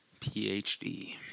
PhD